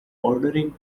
ordering